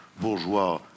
bourgeois